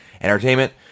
entertainment